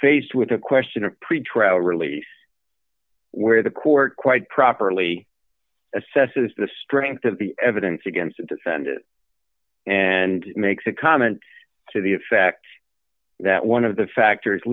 faced with a question of pretrial release where the court quite properly assesses the strength of the evidence against the defendant and makes a comment to the effect that one of the factors